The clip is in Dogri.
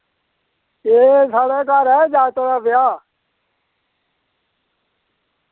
एह् साढ़े घर ऐ जागतै दा ब्याह्